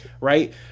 right